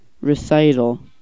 recital